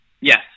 Yes